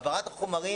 בהעברת חומרים,